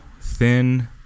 thin